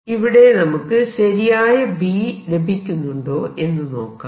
ഇവിടെ നമുക്ക് ശരിയായ B ലഭിക്കുന്നുണ്ടോ എന്ന് നോക്കാം